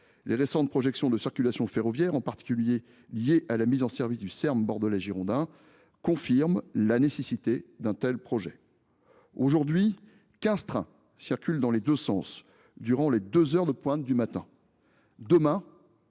Les récentes projections de circulation ferroviaire, en particulier liées au service express régional métropolitain (Serm) girondin, confirment la nécessité d’un tel projet. Aujourd’hui, quinze trains circulent dans les deux sens durant les deux heures de pointe du matin